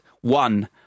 one